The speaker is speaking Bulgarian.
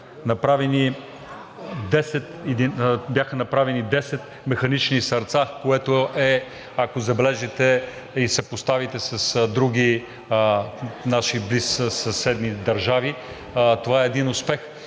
бяха направени 10 механични сърца, което е, ако забележите и съпоставите с други наши съседни държави, това е един успех.